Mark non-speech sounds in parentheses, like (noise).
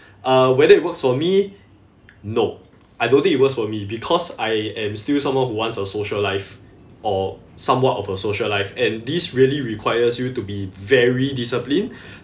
uh whether it works for me no I don't think it works for me because I am still someone who wants a social life or somewhat of a social life and this really requires you to be very disciplined (breath)